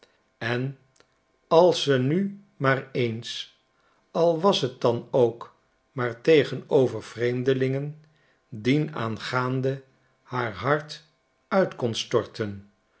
en als ze nu maar eens al was t dan ook maar tegenover vreemdelingen dienaangaande haar hart uit kon storten